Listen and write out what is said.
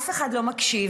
אף אחד לא מקשיב,